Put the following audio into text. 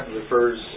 refers